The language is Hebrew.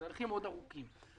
אצלנו אלה הליכים ארוכים מאוד.